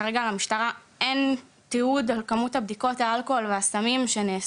כרגע למשטרה אין תיעוד על כמות בדיקות הסמים והאלכוהול שעושים,